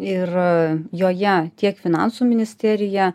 ir joje tiek finansų ministerija